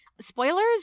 Spoilers